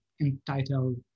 entitled